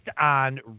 on